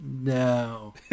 No